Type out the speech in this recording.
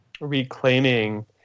reclaiming